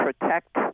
protect